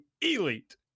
elite